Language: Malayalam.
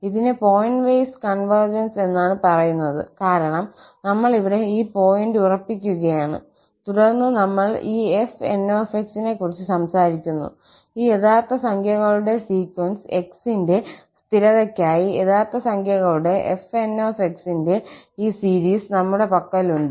ഇതിനെ പോയിന്റ് വൈസ് കോൺവർജൻസ് എന്നാണ് പറയുന്നത് കാരണം നമ്മൾ ഇവിടെ ഈ പോയിന്റ് ഉറപ്പിക്കുകയാണ് തുടർന്ന് നമ്മൾ ഈ 𝑓𝑛𝑥 നെക്കുറിച്ച് സംസാരിക്കുന്നു ഈ യഥാർത്ഥ സംഖ്യകളുടെ സീക്വൻസ് x ന്റെ സ്ഥിരതയ്ക്കായി യഥാർത്ഥ സംഖ്യകളുടെ 𝑓𝑛𝑥 ന്റെ ഈ സീരീസ് നമ്മുടെ പക്കലുണ്ട്